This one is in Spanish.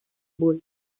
bull